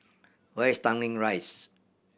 where is Tanglin Rise